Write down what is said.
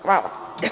Hvala.